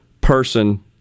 person